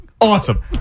awesome